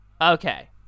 Okay